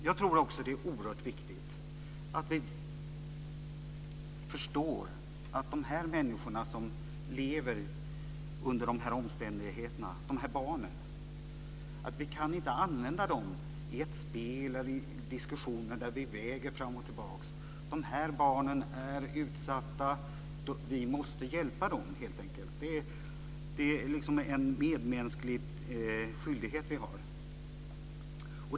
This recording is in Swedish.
Jag tror också att det är oerhört viktigt att vi förstår att vi inte kan använda de människor som lever under dessa omständigheter, dessa barn, i ett spel eller i diskussioner där vi väger fram och tillbaka. De här barnen är utsatta, och vi måste helt enkelt hjälpa dem. Det är en medmänsklig skyldighet som vi har.